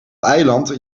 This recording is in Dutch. eiland